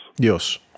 Dios